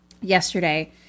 yesterday